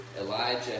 Elijah